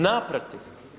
Naprotiv.